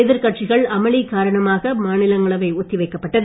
எதிர்க் கட்சிகள் அமளி காரணமாக மாநிலங்களவை ஒத்தி வைக்கப்பட்டது